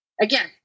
Again